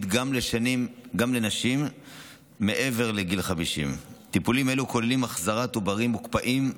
גם לנשים מעבר לגיל 50. טיפולים אלו כוללים החזרת עוברים מוקפאים,